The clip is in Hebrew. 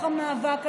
למאבק הזה,